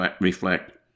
reflect